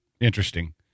Interesting